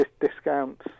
discounts